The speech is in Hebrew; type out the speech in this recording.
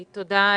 תודה.